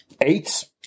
Eight